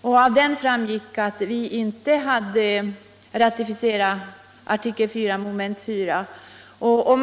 Av den framgår att Sverige inte ratificerat artikel 4 mom. 4.